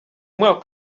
mwaka